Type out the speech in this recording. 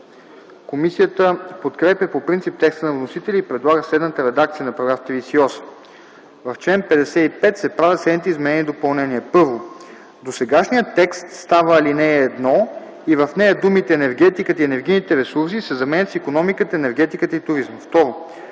Комисията подкрепя по принцип текста на вносителя и предлага следната редакция на § 38: „§ 38. В чл. 55 се правят следните изменения и допълнения: 1. Досегашният текст става ал. 1 и в нея думите „енергетиката и енергийните ресурси” се заменят с „икономиката, енергетиката и туризма”.